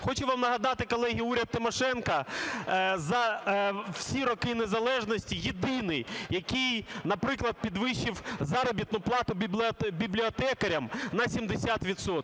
Хочу вам нагадати, колеги, уряд Тимошенко за всі роки незалежності єдиний, який, наприклад, підвищив заробітну плату бібліотекарям на 70